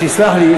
תסלח לי,